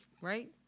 Right